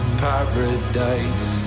paradise